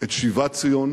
את שיבת ציון